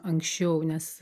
anksčiau nes